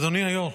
אדוני היו"ר,